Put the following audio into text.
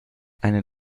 eine